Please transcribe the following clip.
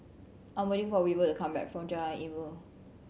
I'm waiting for Weaver to come back from Jalan Ilmu